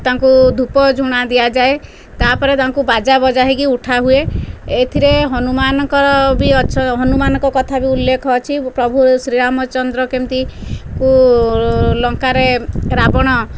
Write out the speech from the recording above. ତାଙ୍କୁ ଧୂପ ଝୁଣା ଦିଆଯାଏ ତାପରେ ତାଙ୍କୁ ବାଜା ବଜା ହୋଇକି ଉଠା ହୁଏ ଏଥିରେ ହନୁମାନଙ୍କର ଭି ଅଛି ଏଥିରେ ହନୁମାନଙ୍କ କଥା ଭି ଉଲ୍ଲେଖ ଅଛି ପ୍ରଭୁ ଶ୍ରୀ ରାମଚନ୍ଦ୍ର କେମିତି କେଉଁ ଲଙ୍କାରେ ରାବଣ